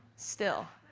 still,